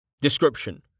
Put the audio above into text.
Description